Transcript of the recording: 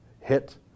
Hit